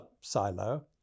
silo